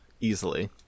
easily